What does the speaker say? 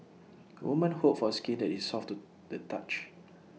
women hope for skin that is soft to the touch